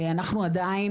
אנחנו עדיין,